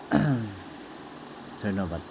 ধন্যবাদ